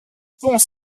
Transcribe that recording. pont